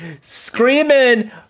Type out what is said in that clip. screaming